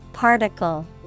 Particle